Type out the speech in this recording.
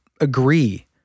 agree